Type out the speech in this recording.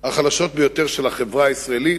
החלשות ביותר של החברה הישראלית.